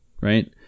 right